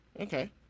Okay